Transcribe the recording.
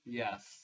yes